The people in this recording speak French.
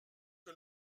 que